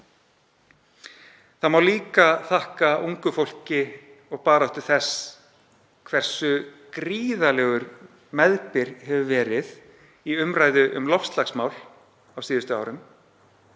Það má líka þakka ungu fólki og baráttu þess hversu gríðarlegur meðbyr hefur verið í umræðu um loftslagsmál á síðustu árum